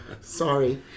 Sorry